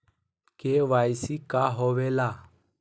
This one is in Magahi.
के.वाई.सी का होवेला?